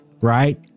right